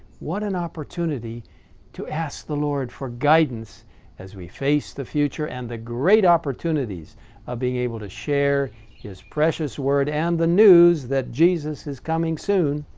what an opportunity to ask the lord for guidance as we face the future and the great opportunities of being able to share his precious word and the news that jesus is coming soon.